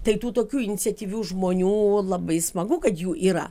tai tų tokių iniciatyvių žmonių labai smagu kad jų yra